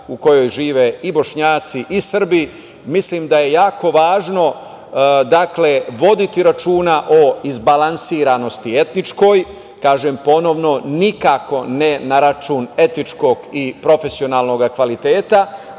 u kojoj žive i Bošnjaci i Srbi, mislim da je jako važno voditi računa o izbalansiranosti etničkoj, kažem ponovo nikako ne na račun etničkog i profesionalnog kvaliteta,